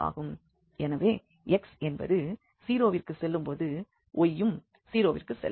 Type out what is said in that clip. எனவே x என்பது 0 விற்கு செல்லும்போது y யும் 0 விற்கு செல்லும்